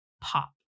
pop